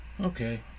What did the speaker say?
Okay